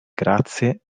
grazie